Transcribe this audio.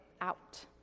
out